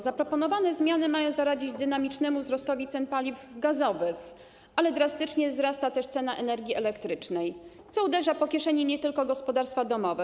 Zaproponowane zmiany mają zaradzić dynamicznemu wzrostowi cen paliw gazowych, ale drastycznie wzrasta też cena energii elektrycznej, co uderza po kieszeni nie tylko gospodarstwa domowe.